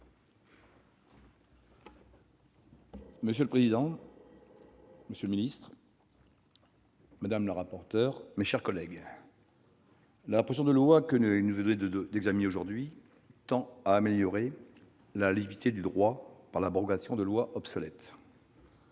Monsieur le président, monsieur le secrétaire d'État, madame la rapporteure, mes chers collègues, la proposition de loi qu'il nous est donné d'examiner aujourd'hui tend à améliorer la lisibilité du droit par l'abrogation de lois obsolètes.